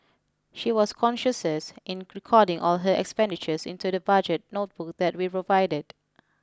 she was conscientious in recording all her expenditures into the budget notebook that we provided